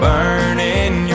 Burning